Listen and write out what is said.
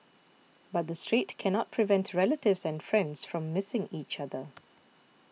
but the Strait cannot prevent relatives and friends from missing each other